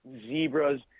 zebras